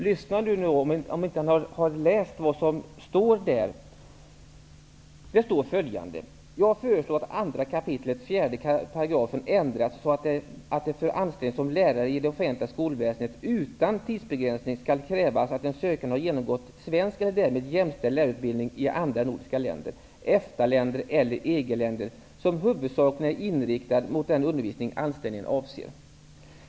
Om Björn Samuelson inte har läst vad som står där kan han lyssna nu: ''Jag föreslår att 2 kap. 4 § ändras så att det för anställning som lärare i det offentliga skolväsendet utan tidsbegränsning skall krävas att den sökande har genomgått svensk eller därmed jämställd lärarutbildning i andra nordiska länder, EFTA länder eller EG-länder som huvudsakligen är inriktad mot den undervisning anställningen avser.